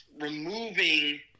removing